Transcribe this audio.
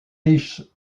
riches